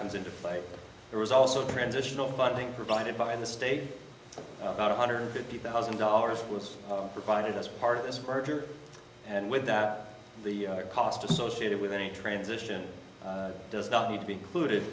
comes into fight there was also transitional funding provided by the state about one hundred fifty thousand dollars was provided as part of this further and with that the cost associated with any transition does not need to be included